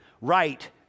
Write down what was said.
right